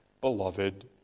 Beloved